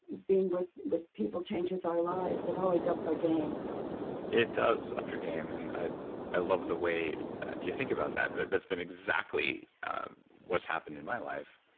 being with with people changes our lives, it always ups our game it does up your game and i i love the way you think about that. that's been exactly what's happened in my life.